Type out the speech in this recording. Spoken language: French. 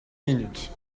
minute